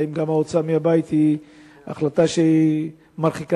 אם גם ההוצאה מהבית היא החלטה שהיא מרחיקה